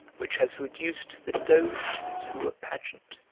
which has reduced the doge to a pageant,